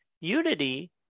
unity